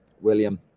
William